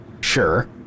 Sure